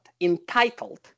entitled